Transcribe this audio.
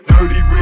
Dirty